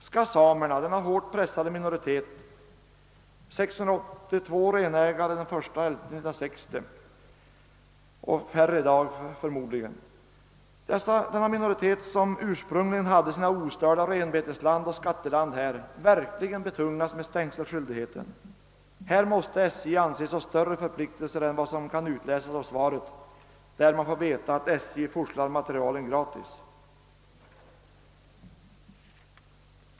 Skall samerna — denna hårt pressade minoritet, 682 renägare år 1960 och förmodligen färre i dag, som ursprungligen hade sina ostörda renbetesland och skatteland här — verkligen betungas med stängselskyldigheten? SJ måste anses ha större förpliktelser än vad som kan utläsas av svaret, vari man får veta att SJ forslar materielen gratis.